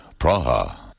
Praha